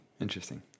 Interesting